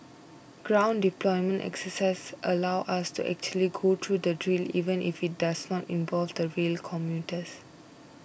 ground deployment exercises allow us to actually go through the drill even if it does not involve the rail commuters